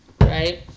Right